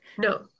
No